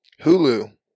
Hulu